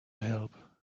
help